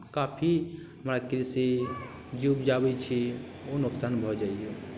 काफी हमरा आओरकेँ जे से छै जे उपजाबै छी ओ नोकसान भऽ जाइए